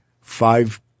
five